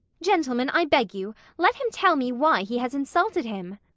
gentlemen, i beg you, let him tell me why he has insulted him.